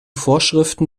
vorschriften